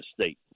State